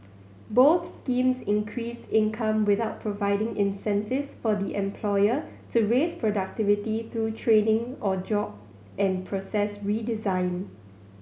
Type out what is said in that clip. both schemes increased income without providing incentives for the employer to raise productivity through training or job and process redesign